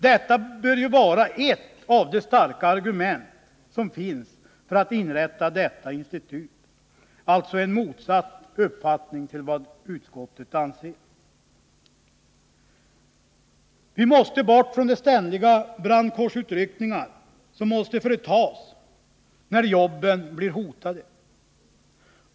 Detta är ett av de starka argument som finns för att inrätta detta institut. Vi har alltså en motsatt uppfattning i förhållande till utskottet. Vi måste bort från de ständiga brandkårsutryckningar som måste företas när jobben blir hotade.